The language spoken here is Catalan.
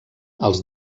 als